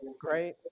Great